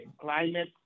climate